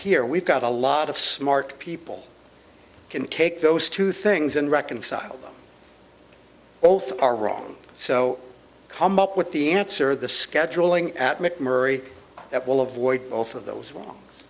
here we've got a lot of smart people can take those two things and reconcile them both are wrong so come up with the answer the scheduling at mcmurry that will avoid both of those